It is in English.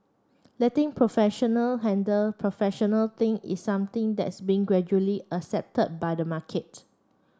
letting professional handle professional thing is something that's being gradually accepted by the market